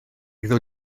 iddo